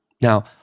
Now